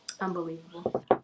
Unbelievable